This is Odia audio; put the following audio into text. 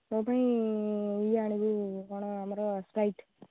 ମୋ ପାଇଁ ଇଏ ଆଣିବୁ କ'ଣ ଆମର ସ୍ପ୍ରାଇଟ୍